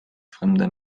fremder